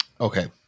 Okay